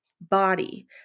body